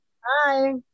hi